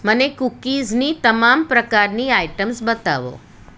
મને કૂકીઝની તમામ પ્રકારની આઇટમ્સ બતાવો